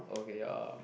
okay um